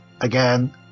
Again